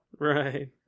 right